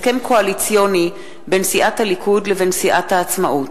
הסכם קואליציוני בין סיעת הליכוד לבין סיעת העצמאות.